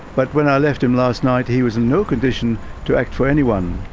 but when i left him last night he was in no condition to act for anyone.